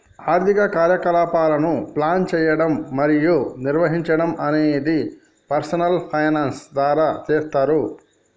ఆర్థిక కార్యకలాపాలను ప్లాన్ చేయడం మరియు నిర్వహించడం అనేది పర్సనల్ ఫైనాన్స్ ద్వారా చేస్తరు